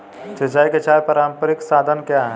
सिंचाई के चार पारंपरिक साधन क्या हैं?